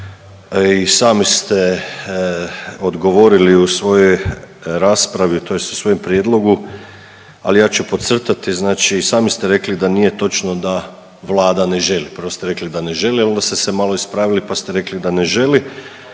I sami ste odgovorili u svojoj raspravi, tj. u svojem prijedlogu, ali ja ću podcrtati. Znači sami ste rekli da nije točno da Vlada ne želi. Prvo ste rekli da ne želi, a onda ste se malo ispravili, pa ste rekli da ne želi.